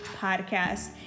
podcast